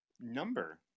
number